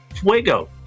Fuego